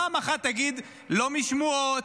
פעם אחת תגיד לא משמועות.